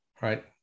right